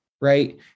right